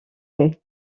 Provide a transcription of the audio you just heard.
quai